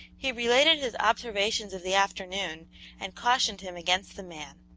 he related his observations of the afternoon and cautioned him against the man.